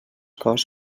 cos